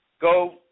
Go